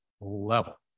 level